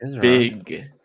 big